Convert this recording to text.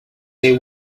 they